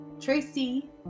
Tracy